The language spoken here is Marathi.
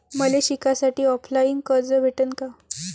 मले शिकासाठी ऑफलाईन कर्ज भेटन का?